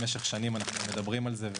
במשך שנים אנחנו מדברים על זה.